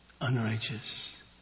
unrighteous